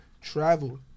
Travel